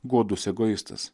godus egoistas